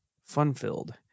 fun-filled